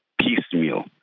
piecemeal